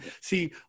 See